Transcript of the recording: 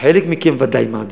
חלק מכם בוודאי מעדיף,